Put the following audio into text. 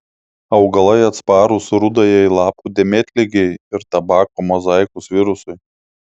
augalai atsparūs rudajai lapų dėmėtligei ir tabako mozaikos virusui